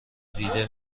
دیده